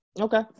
Okay